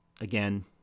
again